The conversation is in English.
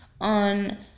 on